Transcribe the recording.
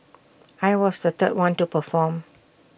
I was the third one to perform